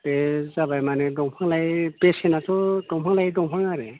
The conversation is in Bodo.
बे जाबाय माने दंफां लायै बेसेनाथ' दंफां लायै दंफां आरो